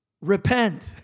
repent